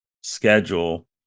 schedule